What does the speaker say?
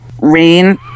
rain